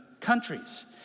countries